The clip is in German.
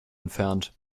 entfernt